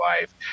life